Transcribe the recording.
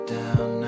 down